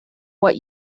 what